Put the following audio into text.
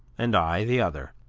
and i the other